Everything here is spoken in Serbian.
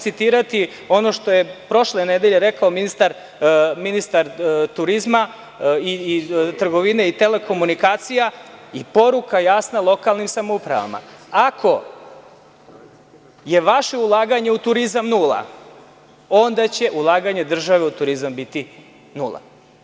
Citiraću ono što je prošle nedelje rekao ministar turizma, trgovine i telekomunikacija i poruka jasna lokalnim samoupravama: „Ako je vaše ulaganje u turizam nula, onda će ulaganje države u turizam biti nula“